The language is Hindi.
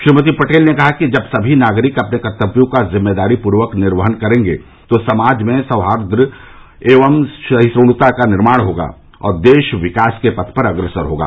श्रीमती पटेल ने कहा कि जब सभी नागरिक अपने कर्तव्यों का जिम्मेदारीपूर्वक निर्वहन करेंगे तो समाज में सौहाई एवं सहिष्ण्ता का निर्माण होगा और देश विकास के पथ पर अग्रसर होगा